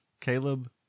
Caleb